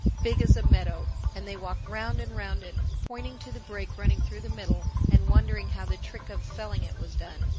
big as a meadow and they walked round and round it, pointing to the break running through the middle and wondering how the trick of felling it was done.